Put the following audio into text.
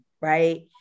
right